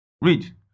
Read